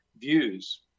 views